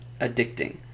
addicting